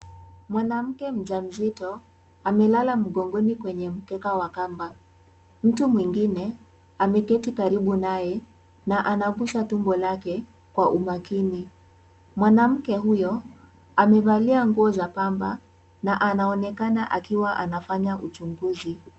Mwanamke mjamzito amelala mgongoni kwenye mkeka wa kamba. Mtu mwingine ameketi karibu naye na anagusa tumbo lake kwa umakini. Mwanamke huyo amevalia nguo za pamba na anaonekana akiwa anafanya uchunguzi.